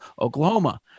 Oklahoma